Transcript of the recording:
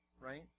right